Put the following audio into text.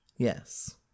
Yes